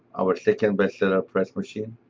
our second best seller press machine.